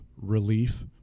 relief